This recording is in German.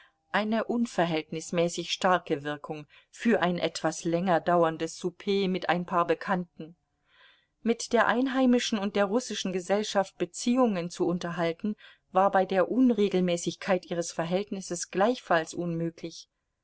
eine unverhältnismäßig starke wirkung für ein etwas länger dauerndes souper mit ein paar bekannten mit der einheimischen und der russischen gesellschaft beziehungen zu unterhalten war bei der unregelmäßigkeit ihres verhältnisses gleichfalls unmöglich